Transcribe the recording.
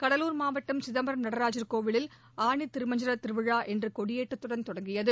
கடலூர் மாவட்டம் சிதம்பரம் நடராஜர் கோவிலில் ஆனித்திருமஞ்சன விழா இன்று கொடியேற்றத்துடன் தொடங்கியது